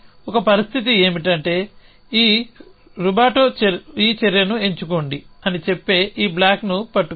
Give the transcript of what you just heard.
ఒక పరిస్థితి ఏమిటంటే ఈ రుబాటో ఈ చర్యను ఎంచుకోండి అని చెప్పే ఈ బ్లాక్ని పట్టుకుంది